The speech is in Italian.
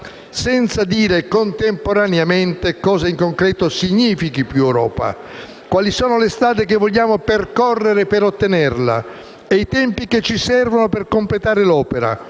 senza dire contemporaneamente cosa in concreto significhi più Europa, quali sono le strade che vogliamo percorrere per ottenerla e i tempi che ci servono per completare l'opera,